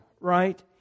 right